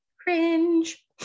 cringe